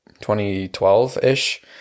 2012-ish